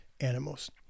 animals